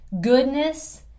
goodness